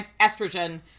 estrogen